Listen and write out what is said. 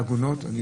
לעגונות, אתם